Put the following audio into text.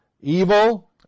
evil